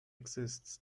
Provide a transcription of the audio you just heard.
exists